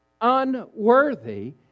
unworthy